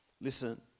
listen